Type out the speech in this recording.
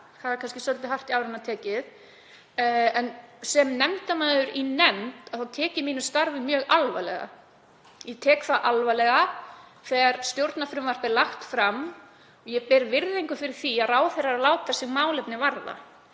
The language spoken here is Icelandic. það er svolítið djúpt í árinni tekið, en sem nefndarmaður í nefnd tek ég starf mitt mjög alvarlega. Ég tek það alvarlega þegar stjórnarfrumvarp er lagt fram. Ég ber virðingu fyrir því að ráðherrar láti sig málefni varða